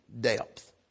depth